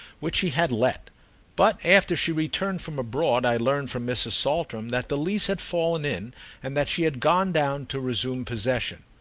which she had let but after she returned from abroad i learned from mrs. saltram that the lease had fallen in and that she had gone down to resume possession.